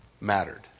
mattered